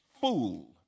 fool